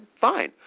fine